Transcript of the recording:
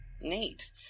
Neat